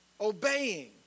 Obeying